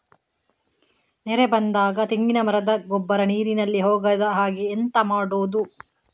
ನೆರೆ ಬಂದಾಗ ತೆಂಗಿನ ಮರದ ಗೊಬ್ಬರ ನೀರಿನಲ್ಲಿ ಹೋಗದ ಹಾಗೆ ಎಂತ ಮಾಡೋದು?